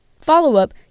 Follow-up